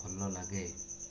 ଭଲ ଲାଗେ